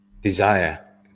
desire